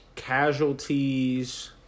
casualties